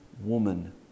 woman